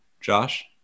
Josh